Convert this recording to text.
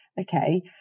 Okay